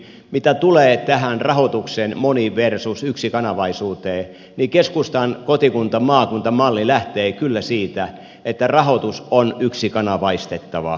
ensinnäkin mitä tulee tähän rahoitukseen moni versus yksikanavaisuuteen niin keskustan kotikuntamaakunta malli lähtee kyllä siitä että rahoitus on yksikanavaistettava